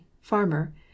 Farmer